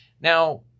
Now